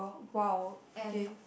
!wow! okay